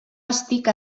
estic